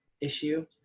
issue